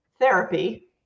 therapy